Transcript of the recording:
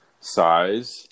size